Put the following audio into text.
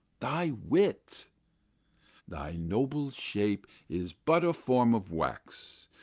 thy wit thy noble shape is but a form of wax,